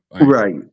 Right